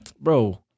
bro